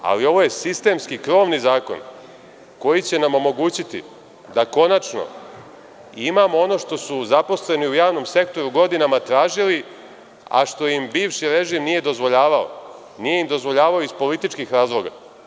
Ali, ovo je sistemski, krovni zakon, koji će nam omogućiti da konačno imamo ono što su zaposleni u javnom sektoru godinama tražili, a što im bivši režim nije dozvoljavao, nije im dozvoljavao iz političkih razloga.